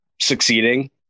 succeeding